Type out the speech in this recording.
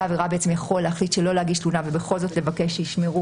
עבירה יכול להחליט שלא להגיש תלונה ובכל זאת לבקש שישמרו